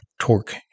torque